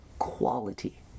quality